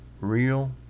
real